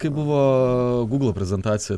kai buvo gūgl prezentacija